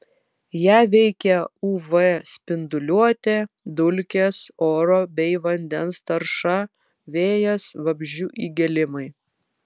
ją veikia uv spinduliuotė dulkės oro bei vandens tarša vėjas vabzdžių įgėlimai